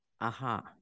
Aha